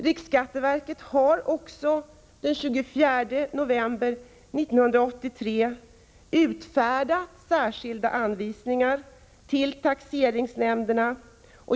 Riksskatteverket har också den 24 november 1983 utfärdat särskilda anvisningar till taxeringsnämnderna.